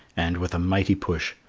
and, with a mighty push,